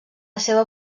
seva